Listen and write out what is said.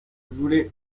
voulait